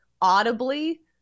audibly